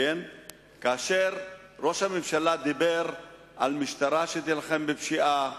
כאשר ראש הממשלה דיבר על משטרה שתילחם בפשיעה.